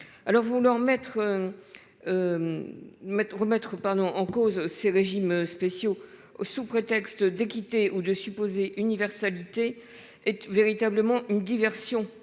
Maître remettre pardon en cause ces régimes spéciaux oh sous prétexte d'équité ou de supposés universalité est véritablement une diversion